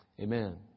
amen